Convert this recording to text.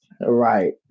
Right